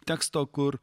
teksto kur